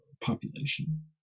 population